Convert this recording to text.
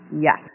Yes